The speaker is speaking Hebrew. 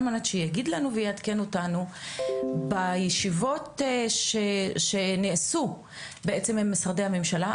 על מנת שיגיד לנו ויעדכן אותנו בישיבות שנעשה בעצם עם משרדי הממשלה.